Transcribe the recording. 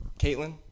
Caitlin